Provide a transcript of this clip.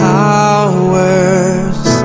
powers